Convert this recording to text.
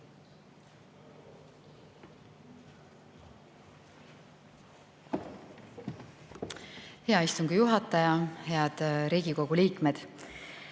Hea istungi juhataja! Head Riigikogu liikmed!